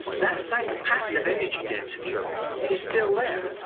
that same pattern of energy density is still there.